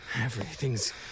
Everything's